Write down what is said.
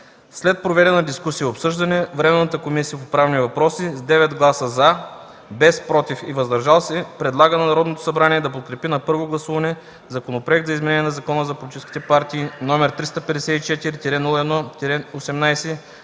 След проведена дискусия и обсъждане Временната комисия по правни въпроси с 9 гласа „за”, без „против” и „въздържали се” предлага на Народното събрание да подкрепи на първо гласуване Законопроект за изменение и допълнение на Закона за политическите партии № 354-01-18,